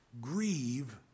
grieve